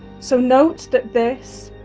so note that this,